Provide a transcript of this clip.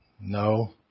No